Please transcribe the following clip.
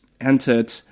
entered